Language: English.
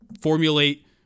formulate